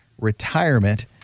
retirement